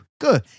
Good